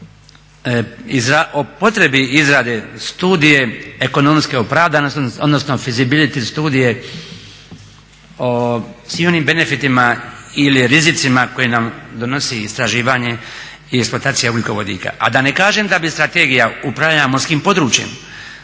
o potrebi izrade studije ekonomske opravdanosti, odnosno fisibility studije o svim onim benefitima ili rizicima koje nam donosi istraživanje i eksploatacija ugljikovodika, a da ne kažem da bi Strategija upravljanja morskim područjem